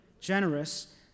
generous